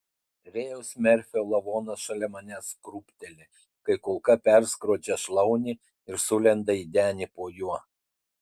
rėjaus merfio lavonas šalia manęs krūpteli kai kulka perskrodžia šlaunį ir sulenda į denį po juo